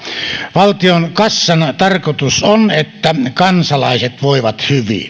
valtion kassan tarkoitus on että kansalaiset voivat hyvin